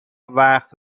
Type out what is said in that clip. وقت